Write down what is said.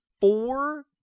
four